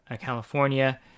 California